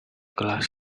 glass